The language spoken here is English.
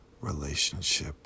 relationship